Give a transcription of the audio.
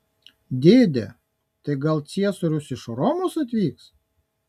dėde tai gal ciesorius iš romos atvyks